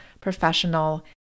professional